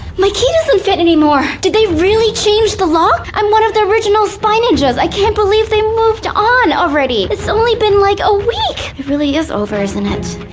my key doesn't fit anymore! did they really change the lock? i'm one of the original spy ninjas. i can't believe they moved on already. it's only been like a week. it really is over, isn't it?